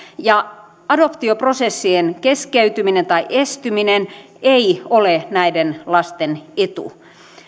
ja adoptioprosessien keskeytyminen tai estyminen ei ole näiden lasten etu